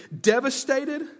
devastated